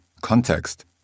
context